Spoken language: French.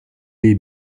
est